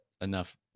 enough